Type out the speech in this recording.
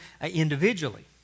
individually